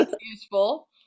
useful